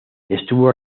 estuvo